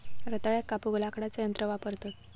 रताळ्याक कापूक लाकडाचा यंत्र वापरतत